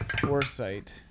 foresight